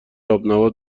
آبنبات